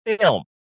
film